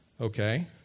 Okay